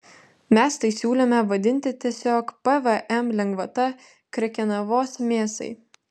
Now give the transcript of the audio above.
mes tai siūlėme vadinti tiesiog pvm lengvata krekenavos mėsai